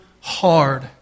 hard